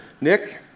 Nick